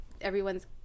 everyone's